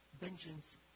vengeance